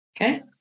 Okay